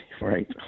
Right